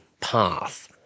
path